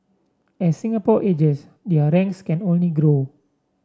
as Singapore ages their ranks can only grow